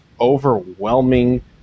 overwhelming